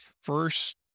first